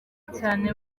cyane